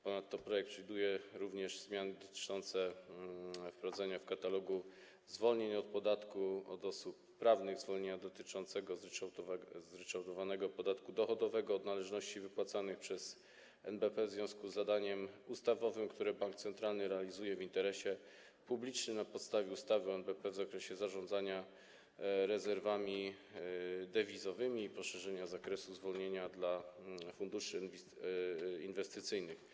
Ponadto projekt przewiduje również zmiany dotyczące wprowadzenia w katalogu zwolnień od podatku od osób prawnych zwolnienia dotyczącego zryczałtowanego podatku dochodowego od należności wypłacanych przez NBP w związku z zadaniem ustawowym, które bank centralny realizuje w interesie publicznym na podstawie ustawy o NBP w zakresie zarządzania rezerwami dewizowymi, a także zmiany dotyczące poszerzenia zakresu zwolnienia dla funduszy inwestycyjnych.